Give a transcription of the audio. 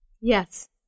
Yes